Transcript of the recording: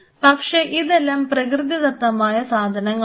പക്ഷേ ഇതെല്ലാം പ്രകൃതിദത്തമായ സാധനങ്ങളാണ്